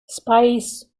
spies